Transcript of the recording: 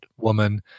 woman